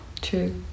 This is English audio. True